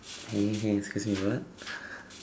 hey hey excuse me what